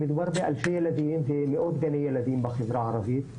ומדובר באלפי ילדים ומאות גני ילדים בחברה הערבית,